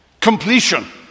completion